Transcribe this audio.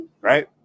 Right